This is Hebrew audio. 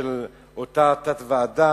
בזמנו הוא היה יושב-ראש של אותה תת-ועדה,